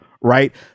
right